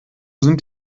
sind